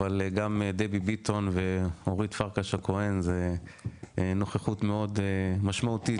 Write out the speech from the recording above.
אבל גם דבי ביטון ואורית פרקש הכהן זה נוכחות מאוד משמעותית